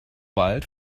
wald